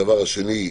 הדבר השני,